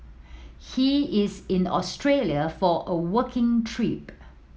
he is in Australia for a working trip